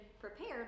prepared